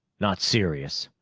not serious.